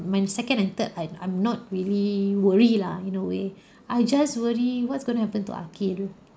my second and third I I'm not really worry lah in a way I just worry what's gonna happen to arkil